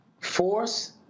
force